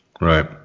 Right